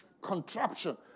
contraption